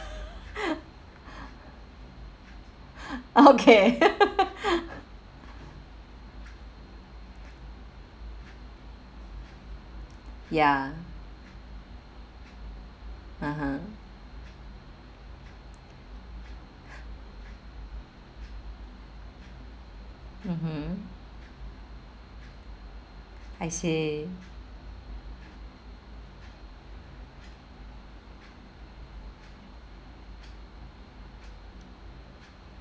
okay ya (uh huh) mmhmm I see